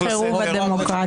אל מול חירוב הדמוקרטיה.